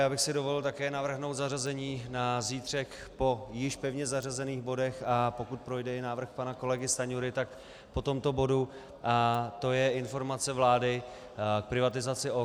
Já bych si dovolil také navrhnout zařazení na zítřek po již pevně zařazených bodech, a pokud projde i návrh pana kolegy Stanjury, tak po tomto bodu, to je informace vlády k privatizaci OKD.